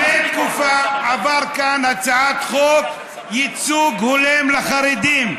לפני תקופה עברה כאן הצעת חוק ייצוג הולם לחרדים.